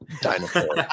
Dinosaur